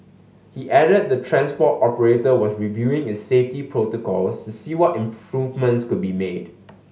he added the transport operator was reviewing its safety protocols to see what improvements could be made